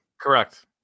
Correct